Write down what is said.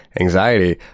anxiety